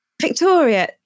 Victoria